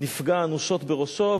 נפגע אנושות בראשו,